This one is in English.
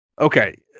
Okay